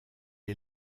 est